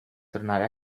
tornare